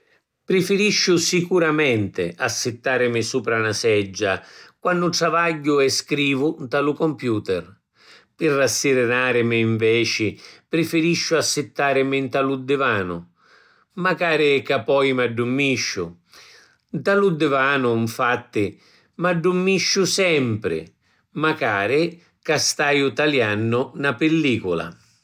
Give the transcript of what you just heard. Prifirisciu sicuramenti assittarimi supra na seggia quannu travagghiu e scrivu nta lu computer. Pi rassirinarimi nveci prifirisciu assittarimi nta lu divanu, macari ca poi m’addumisciu. Nta lu divanu nfatti m’addummisciu sempri, macari ca staiu taliannu na pillicula.